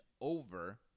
over